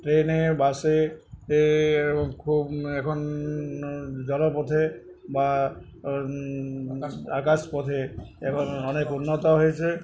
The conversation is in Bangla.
ট্রেনে বাসে এ খুব এখন ন জলপথে বা ন আকাশ আকাশ পথে এখন অনেক উন্নত হয়েছে